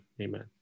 Amen